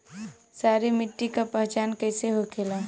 सारी मिट्टी का पहचान कैसे होखेला?